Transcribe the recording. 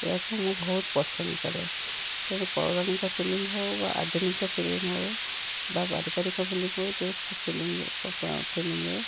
ଏହାକୁ ମୁଁ ବହୁତ ପସନ୍ଦକରେ ତେଣୁ ପୌରାଣିକ ଫିଲ୍ମ ହଉ ବା ଆଧୁନିକ ଫିଲ୍ମ ହଉ ବା ପାରିବାରିକ ଫିଲ୍ମ ହଉ ଯେଉଁ ଫିଲ୍ମ ଫିଲ୍ମରେ